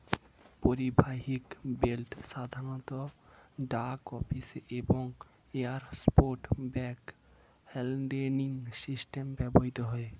পরিবাহক বেল্ট সাধারণত ডাক অফিসে এবং এয়ারপোর্ট ব্যাগ হ্যান্ডলিং সিস্টেমে ব্যবহৃত হয়